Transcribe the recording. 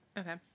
Okay